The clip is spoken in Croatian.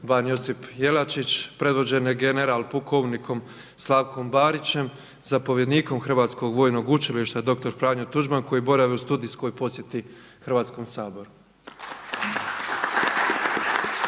ban Josip Jelačić predvođene general pukovnikom Slavkom Barićem, zapovjednikom Hrvatskog vojnog učilišta dr. Franjo Tuđman koji borave u studijskoj posjeti Hrvatskom saboru.